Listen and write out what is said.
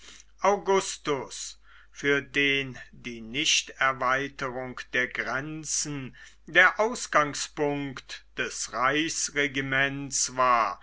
augustus für den die nichterweiterung der grenzen der ausgangspunkt des reichsregiments war